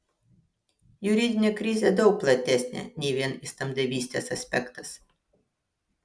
juridinė krizė daug platesnė nei vien įstatymdavystės aspektas